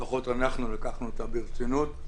לפחות אנחנו לקחנו אותה ברצינות.